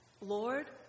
Lord